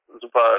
super